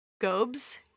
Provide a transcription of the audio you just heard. Gobes